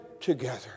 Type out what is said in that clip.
together